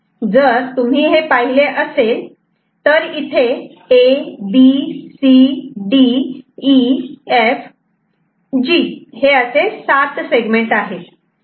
जर तुम्ही हे पाहिले असेल तर इथे ab c d e f g हे असे सात सेगमेंट असतात